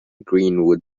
greenwood